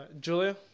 julia